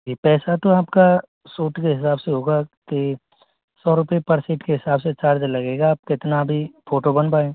जी पैसा तो आपका सूट के हिसाब से होगा कि सौ रुपये पर सीट के हिसाब से चार्ज लगेगा आप कितना भी फोटो बनवाएं